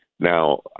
Now